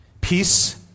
peace